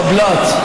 בבל"ת.